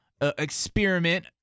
experiment